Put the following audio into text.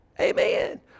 Amen